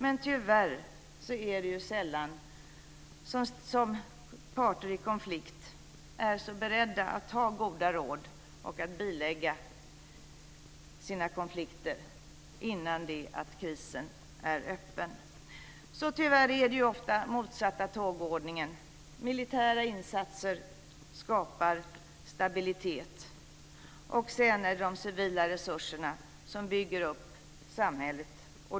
Men tyvärr är det sällan som parter i konflikt är beredda att ta goda råd och att bilägga sina konflikter innan krisen är öppen. Det är ofta den motsatta tågordningen. Militära insatser skapar stabilitet, och sedan är det de civila resurserna som bygger upp samhället.